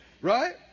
Right